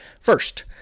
First